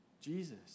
Jesus